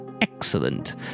excellent